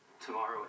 tomorrow